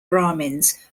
brahmins